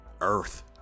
earth